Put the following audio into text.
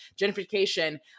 gentrification